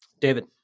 David